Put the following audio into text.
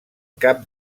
cap